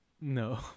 No